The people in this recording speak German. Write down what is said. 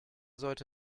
sollte